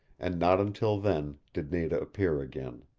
and not until then did nada appear again.